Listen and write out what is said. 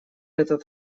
этот